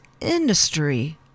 industry